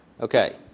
Okay